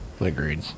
agreed